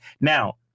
Now